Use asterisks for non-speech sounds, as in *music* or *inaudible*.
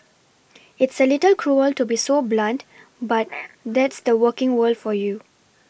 *noise* it's a little cruel to be so blunt but that's the working world for you